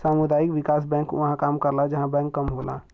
सामुदायिक विकास बैंक उहां काम करला जहां बैंक कम होला